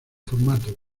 formato